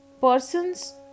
persons